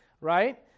right